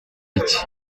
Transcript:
iki